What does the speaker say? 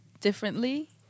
differently